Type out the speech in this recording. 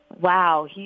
wow